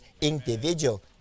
individual